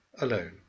alone